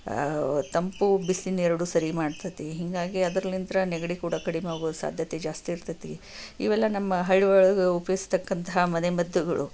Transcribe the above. ತಂಪು ಬಿಸಿನ ಎರಡೂ ಸರಿ ಮಾಡತೈತಿ ಹೀಗಾಗಿ ಅದ್ರಲ್ಲಿಂತ್ರ ನೆಗಡಿ ಕೂಡ ಕಡಿಮೆ ಆಗುವ ಸಾಧ್ಯತೆ ಜಾಸ್ತಿ ಇರತೈತಿ ಇವೆಲ್ಲ ನಮ್ಮ ಹಳ್ಳಿಯೊಳಗೆ ಉಪಯೋಗಿಸತಕ್ಕಂತಹ ಮನೆ ಮದ್ದುಗಳು